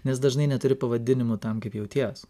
nes dažnai neturi pavadinimų tam kaip jauties